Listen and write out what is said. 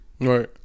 right